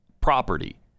property